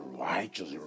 righteous